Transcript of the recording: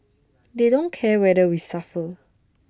they don't care whether we suffer